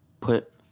put